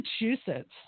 Massachusetts